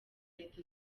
leta